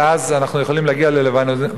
ואז אנחנו יכולים להגיע ללבנוניזציה,